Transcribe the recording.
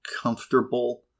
comfortable